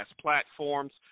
platforms